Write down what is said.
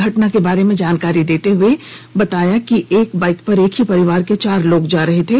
घटना के बारे में जानकारी देते हुए बताया कि एक बाईक पर एक ही परिवार के चार लोग जा रहे थे